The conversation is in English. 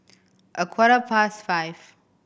a quarter past five